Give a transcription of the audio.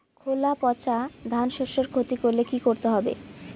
খোলা পচা ধানশস্যের ক্ষতি করলে কি করতে হবে?